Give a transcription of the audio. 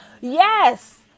yes